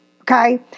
okay